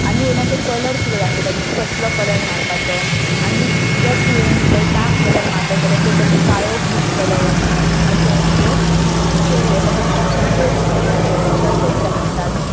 आनी वयल्यान ते कलर सुद्दां दाखयतात की कसलो कलर मारपाचो आनी जर तुवेंन जर डार्क कलर मारलो जाल्यार ते कशें काळोख दिसतलो की अशें म्हणजे अशें हे कशें उजेड कसो दिसतलो तशें बी दाखयतात